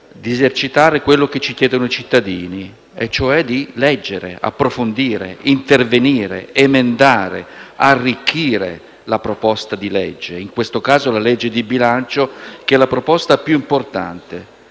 di esercitare quello che ci chiedono i cittadini, cioè di leggere, approfondire, intervenire, emendare ed arricchire la proposta di legge, in questo caso il disegno di legge di bilancio, che è la proposta di legge più importante.